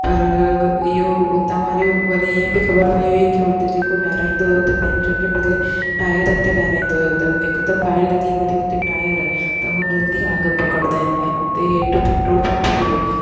पर इहो उता वारे वरी इहे बि ख़बर पेई हुई की हुते जेको विरिहाईंदो हुओ बैंचुनि जो बदिले टाएरनि ते विरिहाईंदो हुओ त हिक त भाए लॻी त वरी हुते टाएर त उहो जल्दी आग पकिड़ंदा आहिनि ऐं उते हेठि पेट्रोल पंप हुओ